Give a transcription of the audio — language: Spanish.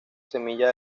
semilla